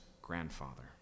grandfather